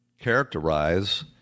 characterize